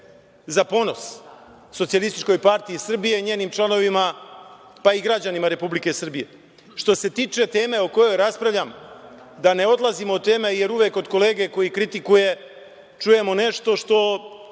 za ponos SPS i njenim članovima, pa i građanima Republike Srbije. Što se tiče teme o kojoj raspravljamo, da ne odlazimo od teme, jer uvek od kolege koji kritikuje čujemo nešto što